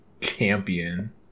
champion